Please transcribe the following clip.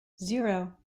zero